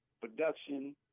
production